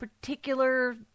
particular